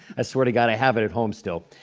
i swear to god, i have it at home still.